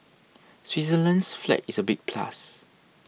Switzerland's flag is a big plus